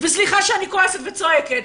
וסליחה שאני כועסת וצועקת.